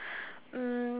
um